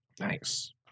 Nice